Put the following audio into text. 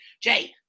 Jay